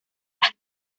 las